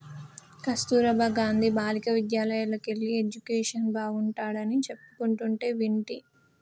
కస్తుర్బా గాంధీ బాలికా విద్యాలయల్లోకెల్లి ఎడ్యుకేషన్ బాగుంటాడని చెప్పుకుంటంటే వింటి